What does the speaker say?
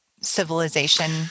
civilization